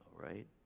right